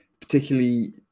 Particularly